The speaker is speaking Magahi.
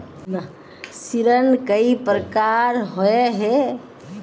ऋण कई प्रकार होए है?